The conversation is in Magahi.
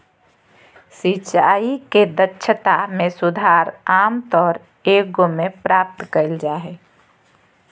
सिंचाई के दक्षता में सुधार आमतौर एगो में प्राप्त कइल जा हइ